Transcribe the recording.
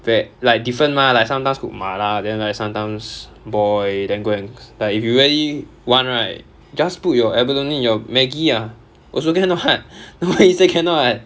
ver~ like different mah like sometimes cook mala then like sometimes boil then go and like if you really want right just put your abalone in your maggie ah also can [what] nobody say cannot [what]